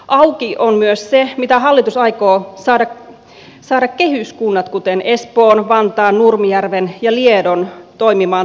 auki on myös se miten hallitus aikoo saada kehyskunnat kuten espoon vantaan nurmijärven ja liedon toimimaan tahtonsa mukaan